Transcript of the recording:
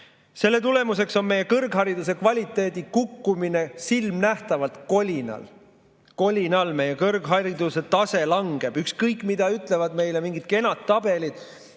Selle tulemuseks on meie kõrghariduse kvaliteedi kukkumine silmanähtavalt, kolinal. Kolinal! Meie kõrghariduse tase langeb, ükskõik mida ütlevad meile mingid kenad tabelid,